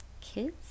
kids